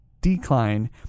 decline